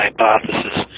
hypothesis